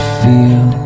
feel